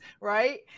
Right